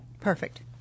perfect